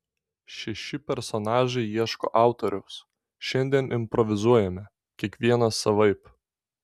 šeši personažai ieško autoriaus šiandien improvizuojame kiekvienas savaip